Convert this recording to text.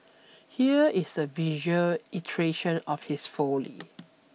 here is the visual iteration of his folly